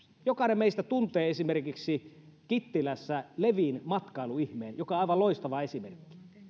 jokainen meistä tuntee esimerkiksi kittilässä levin matkailuihmeen joka on aivan loistava esimerkki